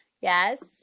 yes